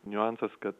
niuansas kad